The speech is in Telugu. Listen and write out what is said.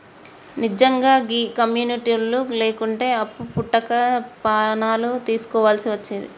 నిజ్జంగా గీ కమ్యునిటోళ్లు లేకుంటే అప్పు వుట్టక పానాలు దీస్కోవల్సి వచ్చేది